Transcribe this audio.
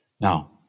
Now